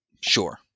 Sure